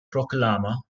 proklama